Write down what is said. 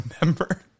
remember